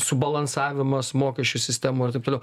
subalansavimas mokesčių sistemų ir taip toliau